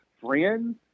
friends